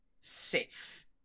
safe